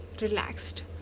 relaxed